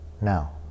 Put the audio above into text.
Now